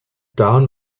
down